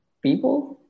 people